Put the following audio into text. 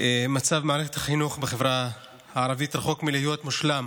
מצב מערכת החינוך בחברה הערבית רחוק מלהיות מושלם.